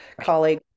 colleague